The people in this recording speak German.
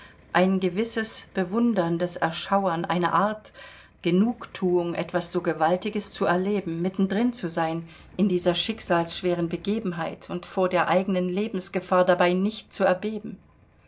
ein gewisses bewunderndes erschauern eine art genugthuung etwas so gewaltiges zu erleben mitten drin zu sein in dieser schicksalsschweren begebenheit und vor der eigenen lebensgefahr dabei nicht zu erbeben